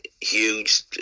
huge